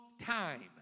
time